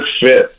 fit